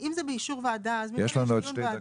אם זה באישור ועדה, אז ממילא יש לנו דיון ועדה.